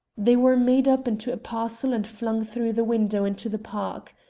they were made up into a parcel and flung through the window into the park.